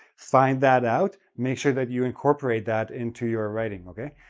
find that out, make sure that you incorporate that into your writing, okay?